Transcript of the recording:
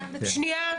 שנייה.